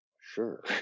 Sure